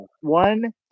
one